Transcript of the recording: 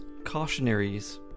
cautionaries